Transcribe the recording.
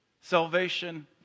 Salvation